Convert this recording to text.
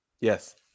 yes